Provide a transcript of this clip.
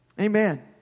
Amen